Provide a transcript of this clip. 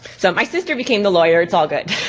so my sister became the lawyer, it's all good.